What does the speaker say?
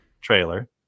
Trailer